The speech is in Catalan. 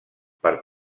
per